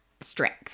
strength